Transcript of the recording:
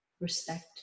respect